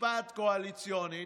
משפט קואליציוני.